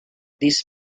these